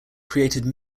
created